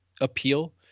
appeal